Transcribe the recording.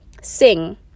sing